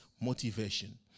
motivation